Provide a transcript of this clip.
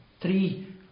Three